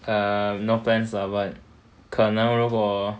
err no plans lah but 可能如果